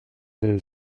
del